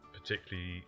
particularly